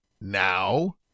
Now